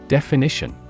Definition